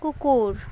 কুকুর